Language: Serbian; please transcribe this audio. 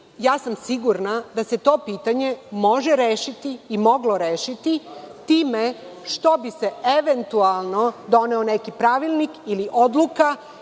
zakona i sigurna sam da se to pitanje može rešiti i moglo rešiti time što bi se eventualno doneo neki pravilnik ili odluka,